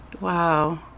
wow